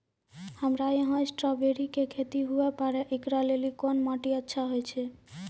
हमरा यहाँ स्ट्राबेरी के खेती हुए पारे, इकरा लेली कोन माटी अच्छा होय छै?